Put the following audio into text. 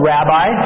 Rabbi